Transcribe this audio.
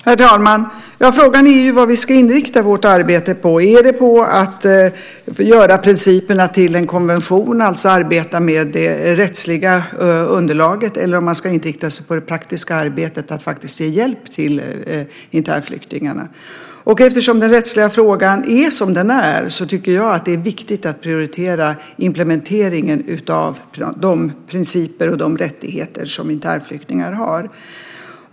Herr talman! Frågan är vad vi ska inrikta vårt arbete på. Är det på att göra principerna till en konvention, det vill säga arbeta med det rättsliga underlaget? Eller ska man inrikta sig på det praktiska arbetet att faktiskt ge hjälp till internflyktingarna? Eftersom den rättsliga frågan är som den är tycker jag att det är viktigt att prioritera implementeringen av de principer och de rättigheter som internflyktingar har.